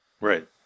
right